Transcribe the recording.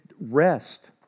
rest